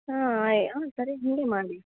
ಹಾಂ ಆಯ್ ಹಾಂ ಸರಿ ಹಾಗೆ ಮಾಡಿ